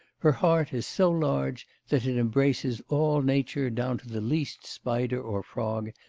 her heart is so large that it embraces all nature down to the least spider or frog,